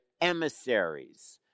emissaries